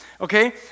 Okay